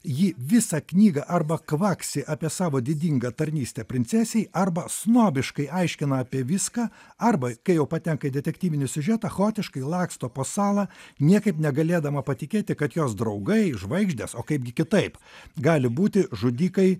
ji visą knygą arba kvaksi apie savo didingą tarnystę princesei arba snobiškai aiškina apie viską arba kai jau patenka į detektyvinį siužetą chaotiškai laksto po salą niekaip negalėdama patikėti kad jos draugai žvaigždės o kaipgi kitaip gali būti žudikai